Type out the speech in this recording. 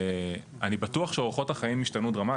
אני בטוח שאורחות החיים ישתנו דרמטית.